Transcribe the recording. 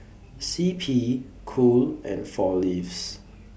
C P Cool and four Leaves